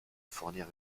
fournir